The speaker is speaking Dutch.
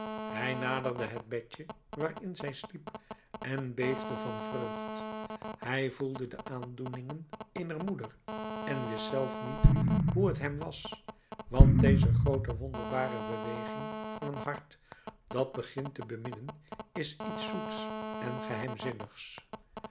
hij naderde het bedje waarin zij sliep en beefde van vreugd hij voelde de aandoeningen eener moeder en wist zelf niet hoe het hem was want deze groote wonderbare beweging van een hart dat begint te beminnen is iets zoets en geheimzinnigs